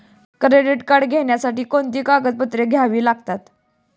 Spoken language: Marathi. क्रेडिट कार्ड घेण्यासाठी कोणती कागदपत्रे घ्यावी लागतात?